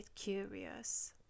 curious